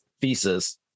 thesis